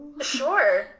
Sure